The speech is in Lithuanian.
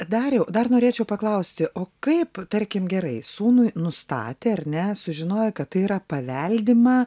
dariau dar norėčiau paklausti o kaip tarkim gerai sūnui nustatė ar ne sužinojai kad tai yra paveldima